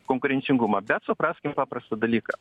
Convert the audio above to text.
konkurencingumą bet supraskim paprastą dalyką